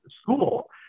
school